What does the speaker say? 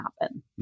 happen